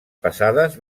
passades